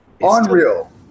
Unreal